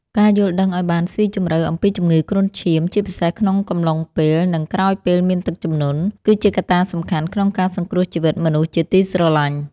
ការយល់ដឹងឱ្យបានស៊ីជម្រៅអំពីជំងឺគ្រុនឈាម ជាពិសេសក្នុងកំឡុងពេល និងក្រោយពេលមានទឹកជំនន់ គឺជាកត្តាសំខាន់ក្នុងការសង្គ្រោះជីវិតមនុស្សជាទីស្រឡាញ់។